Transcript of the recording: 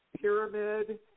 Pyramid